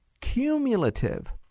Cumulative